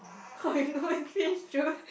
how you know it's peach juice